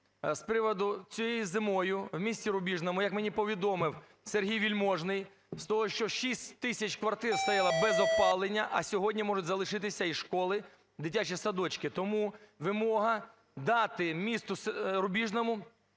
З приводу, цією зимою в місті Рубіжному, як мені повідомив Сергій Вельможний, з того, що 6 тисяч квартир стояло без опалення, а сьогодні можуть залишитися і школи, дитячі садочки. Тому вимога дати місту Рубіжному